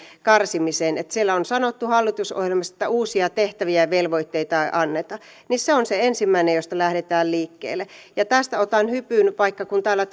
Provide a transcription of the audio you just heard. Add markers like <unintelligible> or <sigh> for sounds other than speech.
karsimiseen siellä hallitusohjelmassa on sanottu että uusia tehtäviä ja velvoitteita ei anneta ja se on se ensimmäinen josta lähdetään liikkeelle tästä otan hypyn siihen kun täällä <unintelligible>